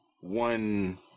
one